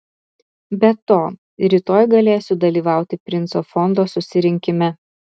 be to rytoj galėsiu dalyvauti princo fondo susirinkime